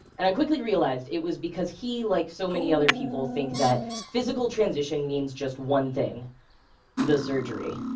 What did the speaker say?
and i quickly realized it was because he, like so many other people, think that physical transition means just one thing the surgery.